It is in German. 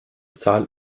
zahl